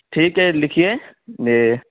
ٹھیک ہے لکھیے یہ